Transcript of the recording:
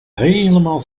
helemaal